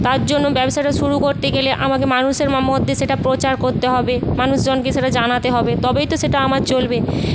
তারজন্য ব্যবসাটা শুরু করতে গেলে আমাকে মানুষের মধ্যে সেটা প্রচার করতে হবে মানুষজনকে সেটা জানাতে হবে তবেই তো সেটা আমার চলবে